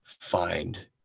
find